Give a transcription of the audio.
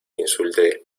insulte